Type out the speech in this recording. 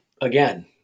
again